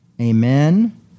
Amen